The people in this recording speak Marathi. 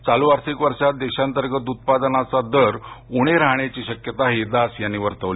चालू आर्थिक वर्षात देशांतर्गत उत्पादनाचा दर उणे राहण्याची शक्यताही दास यांनी वर्तवली